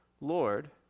Lord